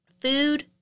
food